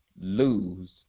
lose